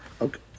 Okay